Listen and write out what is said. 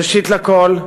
ראשית כול,